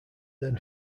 then